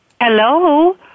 Hello